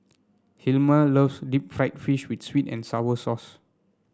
Hilmer loves Deep Fried Fish with sweet and sour sauce